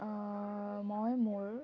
মই মোৰ